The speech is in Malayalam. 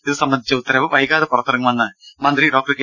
ഇതുസംബന്ധിച്ച ഉത്തരവ് വൈകാതെ പുറത്തിറങ്ങുമെന്ന് മന്ത്രി കെ